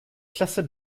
klasse